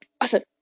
awesome